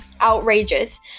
outrageous